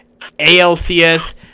ALCS